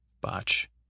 botch